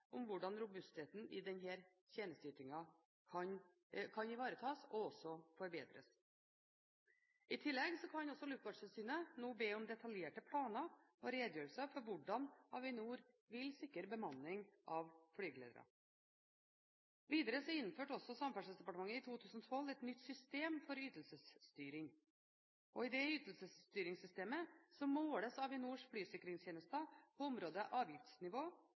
om hvordan robustheten i tjenesteytingen kan ivaretas og også forbedres. I tillegg kan også Luftfartstilsynet nå be om detaljerte planer og redegjørelser for hvordan Avinor vil sikre bemanning av flygeledere. Videre innførte Samferdselsdepartementet i 2012 et nytt system for ytelsesstyring. I ytelsesstyringssystemet måles Avinors flysikringstjenester på områdene avgiftsnivå